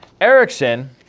Erickson